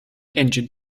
engine